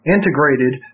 Integrated